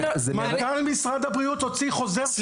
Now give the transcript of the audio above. מנכ"ל משרד הבריאות הוציא חוזר שהוא מתיר לנו ללמד.